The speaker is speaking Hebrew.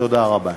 תודה רבה.